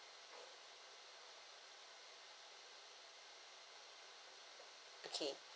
okay